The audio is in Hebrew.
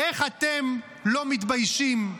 איך אתם לא מתביישים?